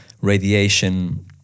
radiation